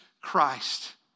Christ